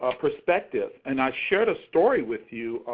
ah perspective. and i shared a story with you,